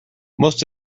most